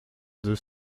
deux